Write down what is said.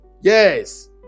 Yes